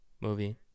movie